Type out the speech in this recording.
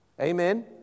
Amen